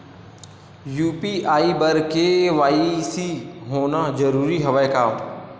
UPI बर KYC होना जरूरी हवय का?